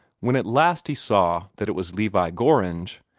when at last he saw that it was levi gorringe,